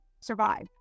survive